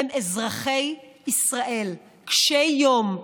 הם אזרחי ישראל קשי יום,